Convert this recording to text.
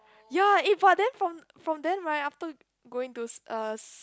ya eh but then from from then right after going to s~ uh s~